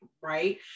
right